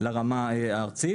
לרמה הארצית,